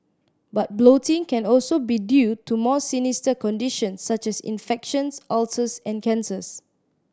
but bloating can also be due to more sinister conditions such as infections ulcers and cancers